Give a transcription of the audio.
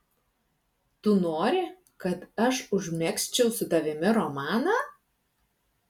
tu nori kad aš užmegzčiau su tavimi romaną